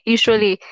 Usually